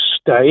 state